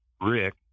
Rick